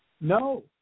No